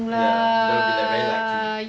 ya then I'll be like very lucky